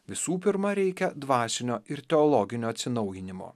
visų pirma reikia dvasinio ir teologinio atsinaujinimo